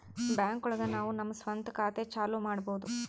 bank ಒಳಗ ನಾವು ನಮ್ ಸ್ವಂತ ಖಾತೆ ಚಾಲೂ ಮಾಡ್ಬೋದು